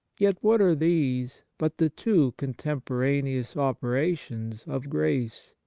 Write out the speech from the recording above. yet what are these but the two contempo raneous operations of grace,